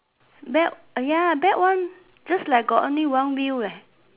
belt !aiya! that one just like got only one wheel leh